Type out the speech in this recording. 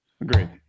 Agreed